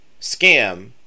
scam